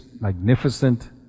magnificent